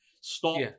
stop